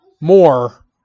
more